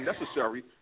necessary